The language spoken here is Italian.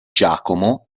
giacomo